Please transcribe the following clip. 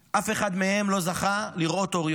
אף אחד מהם לא זכה לראות אור יום.